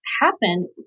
happen